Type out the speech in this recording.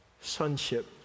sonship